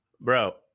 bro